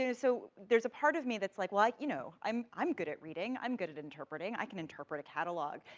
so there's a part of me that's like, well i, you know, i'm i'm good at reading, i'm good at interpreting, i can interpret a catalog.